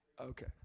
Okay